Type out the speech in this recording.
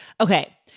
Okay